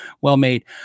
well-made